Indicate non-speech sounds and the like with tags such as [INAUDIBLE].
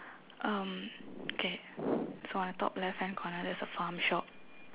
um okay [BREATH] so on the top left hand corner there's a farm shop